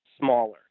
smaller